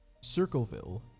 Circleville